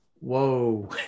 whoa